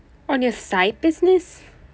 on your side business